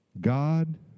God